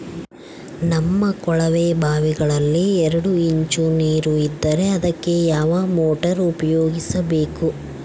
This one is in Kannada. ನಮ್ಮ ಕೊಳವೆಬಾವಿಯಲ್ಲಿ ಎರಡು ಇಂಚು ನೇರು ಇದ್ದರೆ ಅದಕ್ಕೆ ಯಾವ ಮೋಟಾರ್ ಉಪಯೋಗಿಸಬೇಕು?